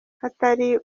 hatari